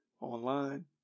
online